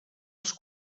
els